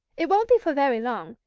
it won't be for very long,